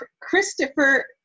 Christopher